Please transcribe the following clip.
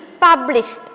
published